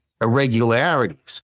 irregularities